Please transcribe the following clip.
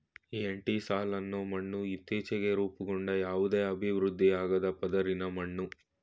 entisol ಅನ್ನೋ ಮಣ್ಣು ಇತ್ತೀಚ್ಗೆ ರೂಪುಗೊಂಡ ಯಾವುದೇ ಅಭಿವೃದ್ಧಿಯಾಗ್ದ ಪದರಿನ ಮಣ್ಣು